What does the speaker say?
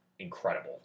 Incredible